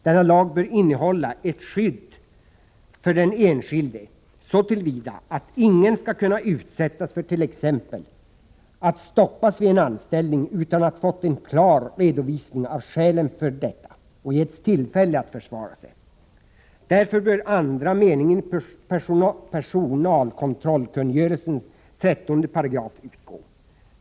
Denna lag bör innehålla ett skydd för den enskilde så till vida att ingen skall kunna utsättas t.ex. för att stoppas vid en anställning utan att ha fått en klar redovisning av skälen för detta och getts tillfälle att försvara sig. Därför bör andra meningen i personalkontrollkungörelsens 13 § utgå.